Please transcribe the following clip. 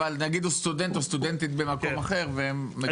אבל לדוגמה סטודנט או סטודנטית במקום אחר והם --- כן,